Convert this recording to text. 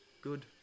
good